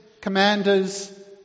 commanders